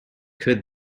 could